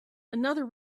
another